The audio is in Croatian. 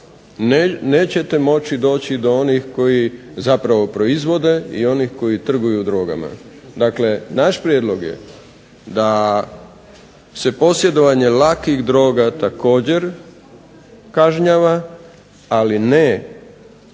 nećete moći doći do onih koji zapravo proizvode i onih koji trguju drogama. Dakle, naš prijedlog je da se posjedovanje lakih droga također kažnjava, ali ne